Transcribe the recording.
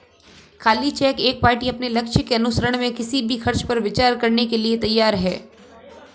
खाली चेक एक पार्टी अपने लक्ष्यों के अनुसरण में किसी भी खर्च पर विचार करने के लिए तैयार है